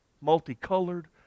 multicolored